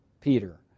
Peter